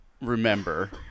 remember